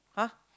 !huh!